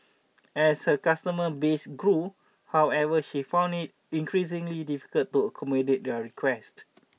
as her customer base grew however she found it increasingly difficult to accommodate their requests